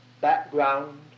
background